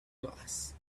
class